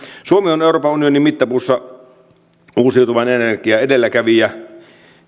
suomi on euroopan unionin mittapuussa uusiutuvan energian edelläkävijä